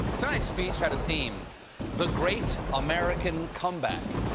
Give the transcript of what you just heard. tonight's speech had a theme the great american comeback.